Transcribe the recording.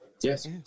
Yes